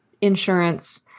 insurance